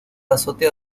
azotea